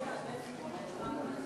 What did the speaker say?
אדוני היושב-ראש,